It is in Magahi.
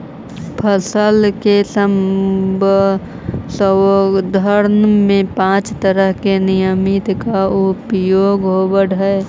फल के संवर्धन में पाँच तरह के नियंत्रक के उपयोग होवऽ हई